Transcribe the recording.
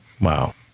wow